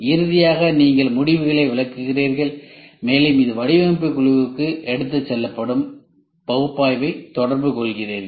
இறுதியாக நீங்கள் முடிவுகளை விளக்குகிறீர்கள் மேலும் இது வடிவமைப்புக் குழுவுக்கு எடுத்துச் செல்லப்படும் பகுப்பாய்வைத் தொடர்புகொள்கிறீர்கள்